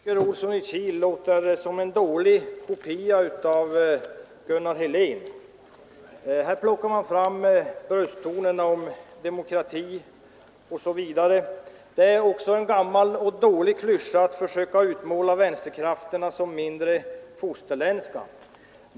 Herr talman! Herr Olsson i Kil låter som en dålig kopia av Gunnar Helén. Här plockar man fram brösttonerna om att vi är odemokratiska. Det är också en gammal klyscha man tillgriper när man försöker utmåla vänsterkrafterna som mindre fosterlandsvänliga.